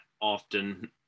often